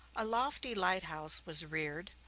a lofty light-house was reared,